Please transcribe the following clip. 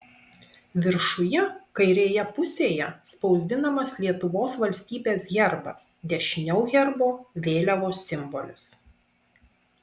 viršuje kairėje pusėje spausdinamas lietuvos valstybės herbas dešiniau herbo vėliavos simbolis